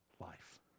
life